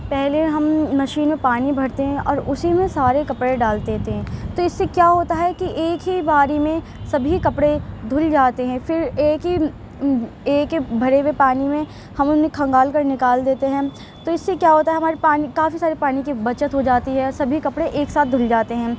پہلے ہم مشین میں پانی بھرتے ہیں اور اسی میں سارے کپڑے ڈال دیتے ہیں تو اس سے کیا ہوتا ہے کہ ایک ہی باری میں سبھی کپڑے دھل جاتے ہیں پھر ایک ہی ایک ہے بھرے ہوئے پانی میں ہم انہیں کھنگال کر نکال دیتے ہیں تو اس سے کیا ہوتا ہے ہمارے پانی کافی سارے پانی کی بچت ہوجاتی ہے سبھی کپڑے ایک ساتھ دھل جاتے ہیں